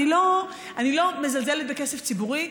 אני לא מזלזלת בכסף ציבורי.